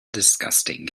disgusting